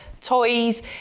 toys